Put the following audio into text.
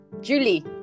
julie